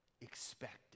expected